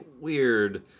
weird